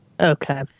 Okay